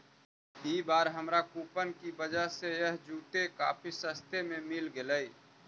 ई बार हमारा कूपन की वजह से यह जूते काफी सस्ते में मिल गेलइ